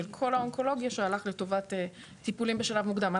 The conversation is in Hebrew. כל האונקולוגיה שהלך לטובת טיפולים בשלב מוקדם.